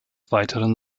weiteren